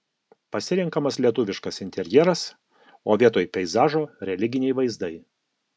pasirenkamas lietuviškas interjeras o vietoj peizažo religiniai vaizdai